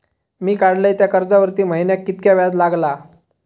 मी काडलय त्या कर्जावरती महिन्याक कीतक्या व्याज लागला?